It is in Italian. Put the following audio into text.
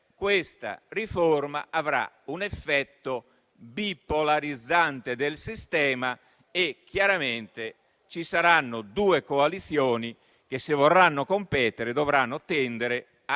questa riforma avrà un effetto bipolarizzante del sistema: ci saranno due coalizioni che, se vorranno competere, dovranno tendere a